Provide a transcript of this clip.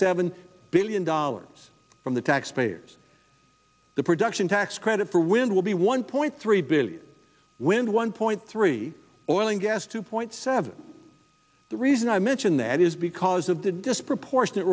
seven billion dollars from the taxpayers the production tax credit for wind will be one point three billion wind one point three zero and gas two point seven the reason i mention that is because of the disproportionate